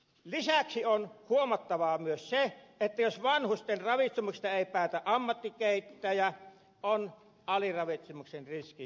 lisäksi on huomattava myös se että jos vanhusten ravitsemuksesta ei päätä ammattikeittäjä on aliravitsemuksen riski todellinen